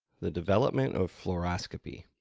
the development of fluoroscopy